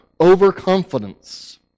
overconfidence